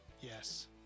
Yes